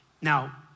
Now